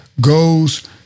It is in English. goes